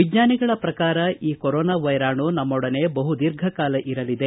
ವಿಜ್ಞಾನಿಗಳ ಪ್ರಕಾರ ಈ ಕೊರೋನಾ ವೈರಾಣು ನಮ್ನೊಡನೆ ಬಹು ದೀರ್ಘಕಾಲ ಇರಲಿದೆ